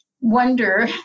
wonder